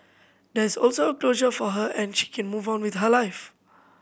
there is also closure for her and she can move on with her life